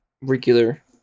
regular